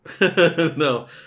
No